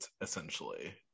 essentially